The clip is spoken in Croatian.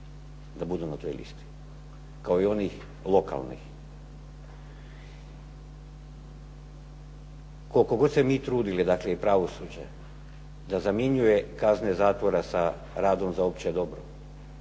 da budu na toj listi, kao i onih lokalnih. Koliko god se mi trudili, i pravosuđe da se zamjenjuje kazne zatvore sa radom za opće dobro,